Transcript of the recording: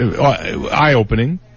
eye-opening